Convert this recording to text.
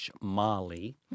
Mali